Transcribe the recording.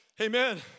Amen